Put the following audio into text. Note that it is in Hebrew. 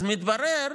אז מתברר